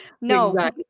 no